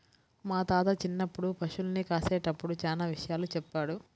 మా తాత చిన్నప్పుడు పశుల్ని కాసేటప్పుడు చానా విషయాలు చెప్పాడు